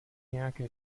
nějaké